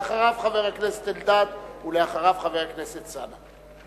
אחריו, חבר הכנסת אלדד, ואחריו, חבר הכנסת אלסאנע.